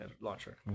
launcher